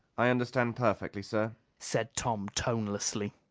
i understand perfectly, sir, said tom tonelessly.